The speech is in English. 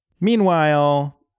Meanwhile